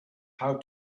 how